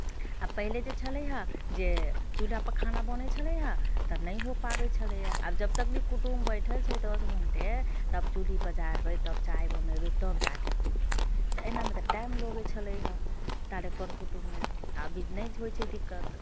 आ पहिले जे छलय हेँ जे चूल्हापर खाना बनैत छलैए तऽ नहि हो पाबैत छलैए आब जब तकली कुटुम्ब बैठल छै दस घंटे तब चूल्ही पजारबै तब चाय बनेबै तब जा कऽ पीथिन तऽ एनामे तऽ टाइम लगैत छलैए ताले कर कुटुममे आब ई नहि होइत छै दिक्कत